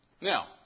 Now